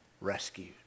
rescued